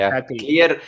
clear